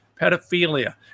pedophilia